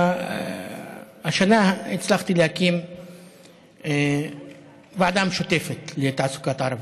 והשנה הצלחתי להקים ועדה משותפת לתעסוקת ערבים.